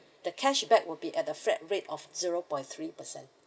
the cashback would be at the flat rate of zero point three percent